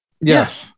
Yes